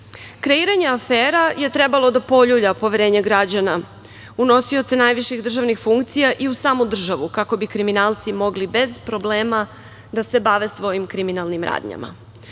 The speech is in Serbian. Srbiju. Kreiranje afera je trebalo da poljulja poverenje građana u nosioce najviših državnih funkcija i u samu državu, kako bi kriminalci mogli bez problema da se bave svojim kriminalnim radnjama.